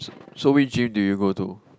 so so which gym do you go to